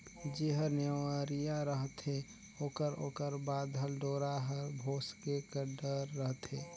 जेहर नेवरिया रहथे ओकर ओकर बाधल डोरा हर भोसके कर डर रहथे